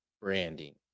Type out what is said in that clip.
branding